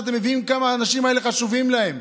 אז אתם מבינים כמה האנשים האלה חשובים להם,